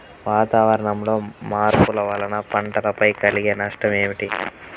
వాతావరణంలో మార్పుల వలన పంటలపై కలిగే నష్టం ఏమిటీ?